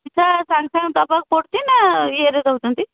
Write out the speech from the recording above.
ସେଇଟା ସାଙ୍ଗେ ସାଙ୍ଗେ ଦେବାକୁ ପଡ଼ୁଛି ନା ଇଏରେ ଦେଉଛନ୍ତି